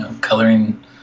coloring